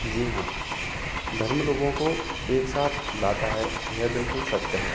जी हाँ धर्म लोगों को एक साथ लाता है यह बिल्कुल सत्य है